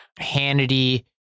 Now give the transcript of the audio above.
Hannity